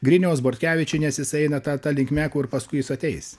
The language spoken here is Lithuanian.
griniaus bortkevičienės jisai eina ta ta linkme kur paskui jis ateis